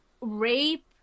rape